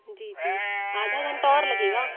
जी जी आधा घंटा और लगेगा